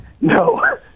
No